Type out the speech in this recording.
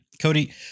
Cody